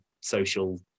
social